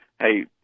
hey